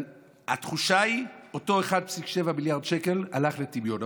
התחושה היא שאותם 1.7 מיליארד שקל ירדו לטמיון.